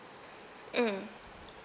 mm